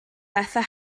bethau